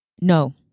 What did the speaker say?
No